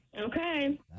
Okay